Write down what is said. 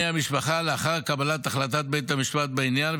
המשפחה לאחר קבלת החלטת בית המשפט בעניין,